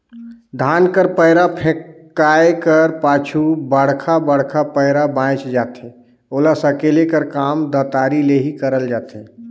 धान कर पैरा फेकाए कर पाछू बड़खा बड़खा पैरा बाएच जाथे ओला सकेले कर काम दँतारी ले ही करल जाथे